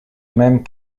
même